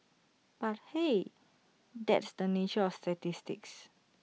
but hey that's the nature of statistics